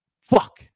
Fuck